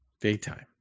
Daytime